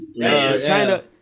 China